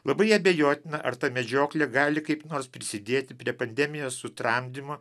labai abejotina ar ta medžioklė gali kaip nors prisidėti prie pandemijos sutramdymo